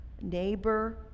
Neighbor